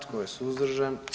Tko je suzdržan?